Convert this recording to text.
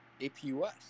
APUS